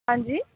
ਹਾਂਜੀ